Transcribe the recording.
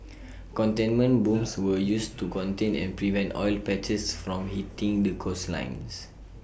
containment booms were used to contain and prevent oil patches from hitting the coastlines